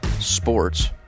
sports